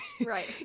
Right